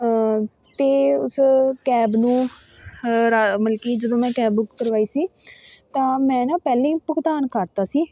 ਅਤੇ ਉਸ ਕੈਬ ਨੂੰ ਰ ਮਲ ਕਿ ਜਦੋਂ ਮੈਂ ਕੈਬ ਬੁੱਕ ਕਰਵਾਈ ਸੀ ਤਾਂ ਮੈਂ ਨਾ ਪਹਿਲਾਂ ਹੀ ਭੁਗਤਾਨ ਕਰਤਾ ਸੀ